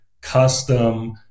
custom